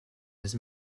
his